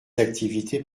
activités